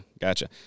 gotcha